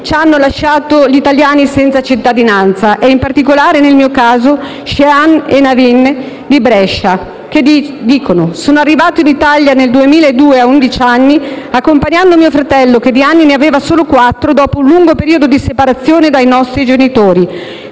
ci hanno lasciato gli italiani senza cittadinanza e in particolare, nel mio caso, quella di Shehan e Naveen di Brescia, che dice: «Sono arrivato in Italia nel 2002, a undici anni, accompagnando mio fratello, che di anni ne aveva solo quattro, dopo un lungo periodo di separazione dai nostri genitori.